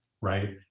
right